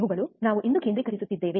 ಇವುಗಳು ನಾವು ಇಂದು ಕೇಂದ್ರೀಕರಿಸುತ್ತಿದ್ದೇವೆ